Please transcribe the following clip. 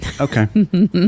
Okay